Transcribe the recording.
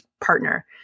partner